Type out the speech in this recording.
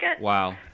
Wow